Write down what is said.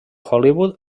hollywood